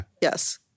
yes